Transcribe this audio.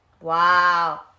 Wow